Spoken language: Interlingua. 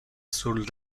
sur